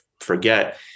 forget